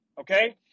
okay